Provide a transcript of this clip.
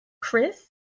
Chris